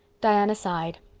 diana sighed.